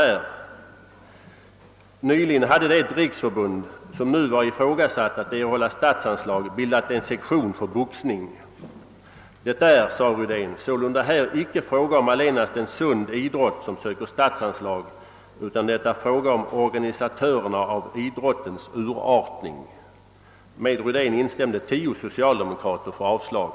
Det riksförbund, som då var ifrågasatt att erhålla statsanslag, hade nyligen bildat en sektion för boxning, och detta föranledde Värner Rydén att yttra följande: »Det är sålunda här icke fråga om allenast en sund idrott, som söker statsanslag, utan det är fråga om organisatörerna av idrottens = urartning.» Med Rydén instämde tio socialdemokrater för avslag.